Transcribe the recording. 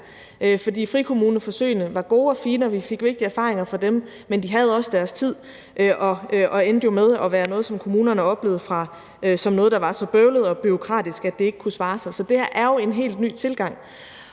For frikommuneforsøgene var gode og fine, og vi fik vigtige erfaringer fra dem, men de havde også deres tid og endte jo med at være noget, som kommunerne oplevede som noget, der var så bøvlet og bureaukratisk, at det ikke kunne svare sig. Så det her er jo en helt ny tilgang.